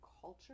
culture